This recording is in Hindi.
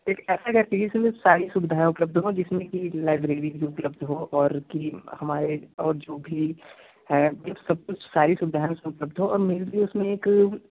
एक ऐसा घर चाहिए जिसमें सारी सुविधाएँ उपलब्ध हों जिसमें कि लाइब्रेरी भी उपलब्ध हो और ग्रिल हमारे और जो भी है सब कुछ सारी सुविधाएँ उसमें उपलब्ध हों और मेनली उसमें एक